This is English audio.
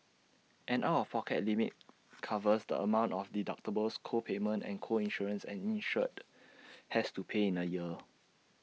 an out of pocket limit covers the amount of deductibles co payments and co insurance an insured has to pay in A year